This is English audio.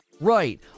Right